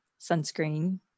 sunscreen